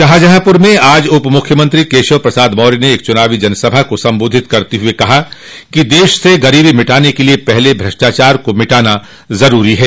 शाहजहांपुर में आज उपमुख्यमंत्री केशव प्रसाद मौर्य ने एक चुनावी जनसभा को संबोधित करते हुए कहा कि देश से गरीबी मिटाने के लिये पहले भष्टाचार को मिटाना जरूरी है